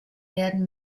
werden